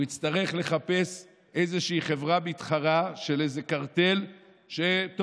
בעל הפלאפל בשדרות לא